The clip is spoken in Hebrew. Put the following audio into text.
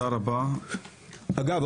אגב,